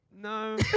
no